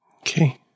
Okay